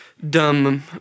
Dumb